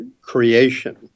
creation